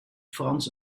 frans